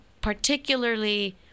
particularly